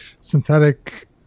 synthetic